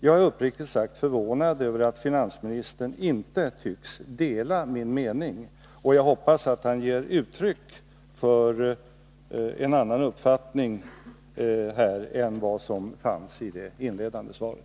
Jag är uppriktigt sagt förvånad över att finansministern inte tycks dela min uppfattning, och jag hoppas han nu ger uttryck för en annan uppfattning än i det inledande svaret.